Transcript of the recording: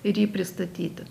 ir jį pristatyti